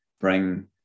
bring